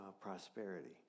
prosperity